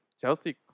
Chelsea